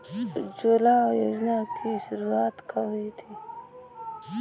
उज्ज्वला योजना की शुरुआत कब हुई थी?